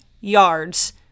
yards